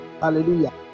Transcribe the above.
hallelujah